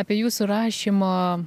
apie jūsų rašymo